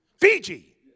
Fiji